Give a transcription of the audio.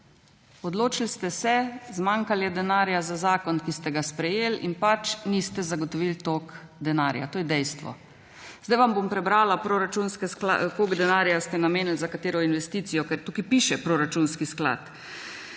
Odločili ste se, zmanjkalo je denarja za zakon, ki ste ga sprejeli, in pač niste zagotovili toliko denarja. To je dejstvo. Sedaj vam bom prebrala, koliko denarja ste namenili za katero investicijo, ker tukaj piše proračunski sklad.